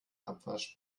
abwasch